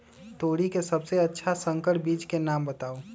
तोरी के सबसे अच्छा संकर बीज के नाम बताऊ?